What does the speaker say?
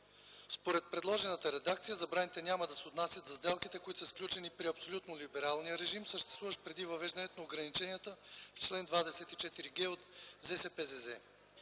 Според предложената редакция, забраните няма да се отнасят за сделките, които са сключени при абсолютно либералния режим, съществуващ преди въвеждането на ограниченията в чл. 24г от ЗСПЗЗ.